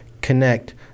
connect